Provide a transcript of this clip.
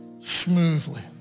smoothly